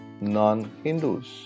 non-Hindus